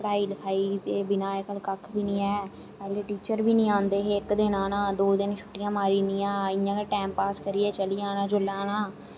पढ़ाई लखाई दे बिना अज्जकल कक्ख बी नेईं ऐ पैह्ले टीचर बी नेईं आंदे हे इक दिन आना दो दिन छुट्टियां मारी ओड़नियां इयां गै टाइमपास करियै चली जाना जिसलै आना